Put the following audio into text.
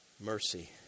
Mercy